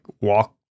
walk